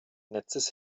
netzes